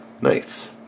Nice